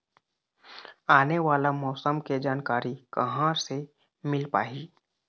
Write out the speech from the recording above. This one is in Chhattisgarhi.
आने वाला मौसम के जानकारी कहां से मिल पाही?